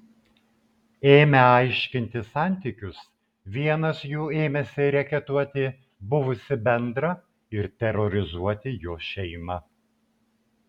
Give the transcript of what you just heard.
ėmę aiškintis santykius vienas jų ėmė reketuoti buvusį bendrą ir terorizuoti jo šeimą